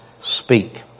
speak